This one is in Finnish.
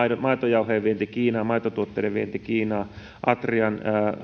maitojauheen ja maitotuotteiden vienti kiinaan atrian